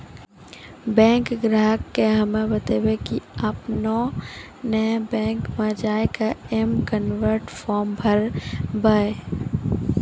bank ग्राहक के हम्मे बतायब की आपने ने बैंक मे जय के एम कनेक्ट फॉर्म भरबऽ